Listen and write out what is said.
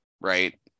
right